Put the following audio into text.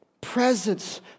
presence